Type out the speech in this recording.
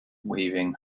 waving